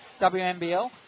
wnbl